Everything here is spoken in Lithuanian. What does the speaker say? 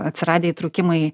atsiradę įtrūkimai